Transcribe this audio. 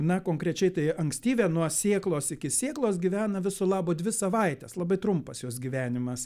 na konkrečiai tai ankstyvė nuo sėklos iki sėklos gyvena viso labo dvi savaites labai trumpas jos gyvenimas